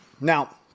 Now